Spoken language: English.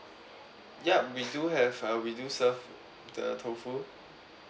yup we do have uh we do serve the tofu